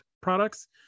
products